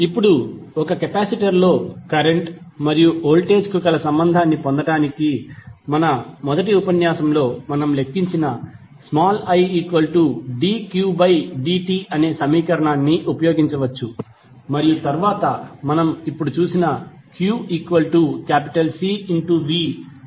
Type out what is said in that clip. ఇప్పుడు ఒక కెపాసిటర్లో కరెంట్ మరియు వోల్టేజ్ కు కల సంబంధాన్ని పొందడానికి మన మొదటి ఉపన్యాసంలో మనం లెక్కించిన idqdt అనే సమీకరణాన్ని ఉపయోగించవచ్చు మరియు తరువాత మనం ఇప్పుడు చూసిన qCv ఉపయోగించవచ్చు